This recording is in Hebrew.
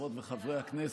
חברות וחברי הכנסת,